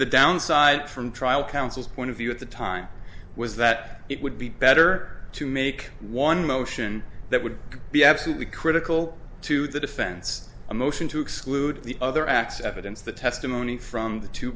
the downside from trial counsel's point of view at the time was that it would be better to make one motion that would be absolutely critical to the defense a motion to exclude the other x evidence the testimony from the two